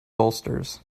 bolsters